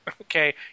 Okay